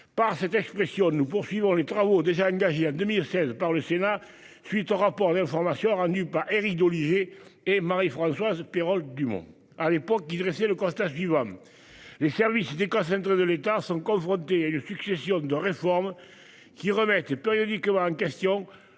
par cette expression, nous poursuivons les travaux déjà engagés à 2016 par le Sénat. Suite au rapport d'information rendue par Éric Doligé et Marie-Françoise Pérol-Dumont. À l'époque, qui dressait le constat suivant. Les services déconcentrés de l'État sont confrontés à une succession de réformes qui remettent périodiquement en question